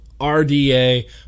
RDA